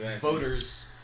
voters